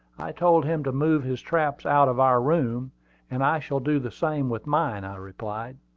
i told him to move his traps out of our room and i shall do the same with mine, i replied.